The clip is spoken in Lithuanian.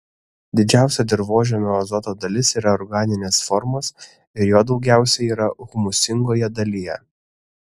didžiausia dirvožemio azoto dalis yra organinės formos ir jo daugiausiai yra humusingoje dalyje